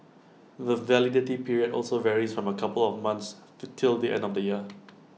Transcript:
the validity period also varies from A couple of months till the end of the year